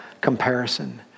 comparison